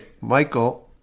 michael